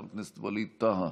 חבר הכנסת ווליד טאהא,